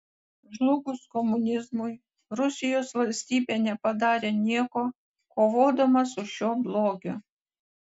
žlugus komunizmui rusijos valstybė nepadarė nieko kovodama su šiuo blogiu